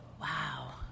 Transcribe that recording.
wow